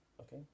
okay